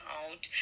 out